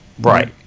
Right